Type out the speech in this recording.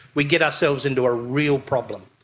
we get ourselves into a real problem.